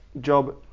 job